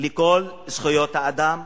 לכל זכויות האדם,